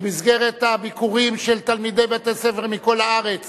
במסגרת הביקורים של תלמידי בתי-ספר מכל הארץ